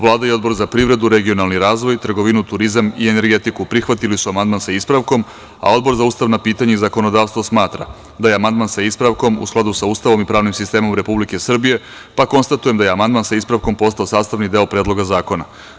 Vlada i Odbor za privredu, regionalni razvoj, trgovinu, turizam i energetiku prihvatili su amandman sa ispravkom, a Odbor za ustavna pitanja i zakonodavstvo smatra da je amandman sa ispravkom u skladu sa Ustavom i pravnim sistemom Republike Srbije, pa konstatujem da je amandman sa ispravkom postao sastavni deo Predloga zakona.